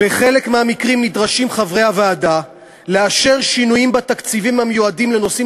"בחלק מהמקרים נדרשים חברי הוועדה לאשר שינויים בתקציבים המיועדים לנושאים